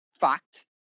Fact